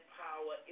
power